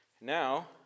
Now